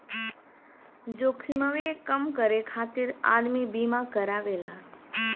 जोखिमवे कम करे खातिर आदमी बीमा करावेला